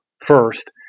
first